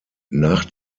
nach